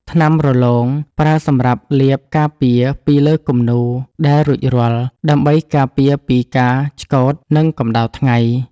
ថ្នាំរលោង ប្រើសម្រាប់លាបការពារពីលើគំនូរដែលរួចរាល់ ដើម្បីការពារពីការឆ្កូត និងកម្ដៅថ្ងៃ។